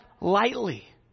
lightly